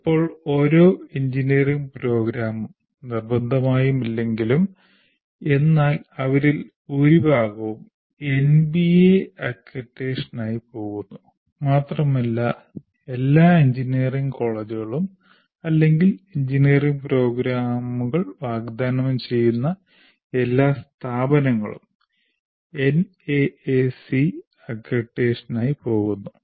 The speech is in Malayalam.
ഇപ്പോൾ ഓരോ എഞ്ചിനീയറിംഗ് പ്രോഗ്രാമും നിർബന്ധം ഇല്ലെങ്കിലും എന്നാൽ അവരിൽ ഭൂരിഭാഗവും NBA അക്രഡിറ്റേഷനായി പോകുന്നു മാത്രമല്ല എല്ലാ എഞ്ചിനീയറിംഗ് കോളേജുകളും അല്ലെങ്കിൽ എഞ്ചിനീയറിംഗ് പ്രോഗ്രാമുകൾ വാഗ്ദാനം ചെയ്യുന്ന എല്ലാ സ്ഥാപനങ്ങളും NAAC അക്രഡിറ്റേഷനായി പോകുന്നു